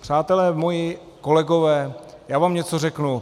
Přátelé moji, kolegové, já vám něco řeknu.